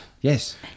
Yes